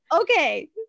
okay